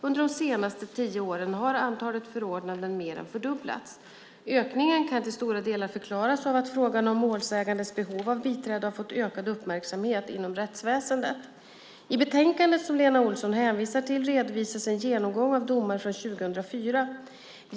Under de senaste tio åren har antalet förordnanden mer än fördubblats. Ökningen kan till stora delar förklaras av att frågan om målsägandes behov av biträde har fått ökad uppmärksamhet inom rättsväsendet. I betänkandet som Lena Olsson hänvisar till redovisas en genomgång av domar från 2004.